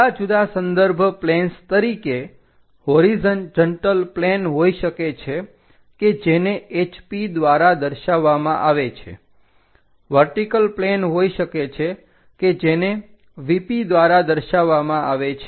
જુદા જુદા સંદર્ભ પ્લેન્સ તરીકે હોરીજન્ટલ પ્લેન હોય શકે છે કે જેને HP દ્વારા દર્શાવવામાં આવે છે વર્ટીકલ પ્લેન હોય શકે છે કે જેને VP દ્વારા દર્શાવવામાં આવે છે